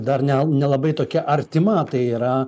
dar ne nelabai tokia artima tai yra